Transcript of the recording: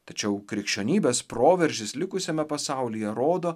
tačiau krikščionybės proveržis likusiame pasaulyje rodo